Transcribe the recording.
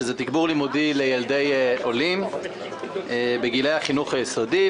שזה תגבור לימודי לילדי עולים בגילאי החינוך היסודי,